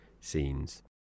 scenes